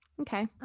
Okay